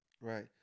Right